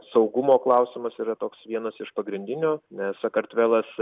saugumo klausimas yra toks vienas iš pagrindinių nes sakartvelas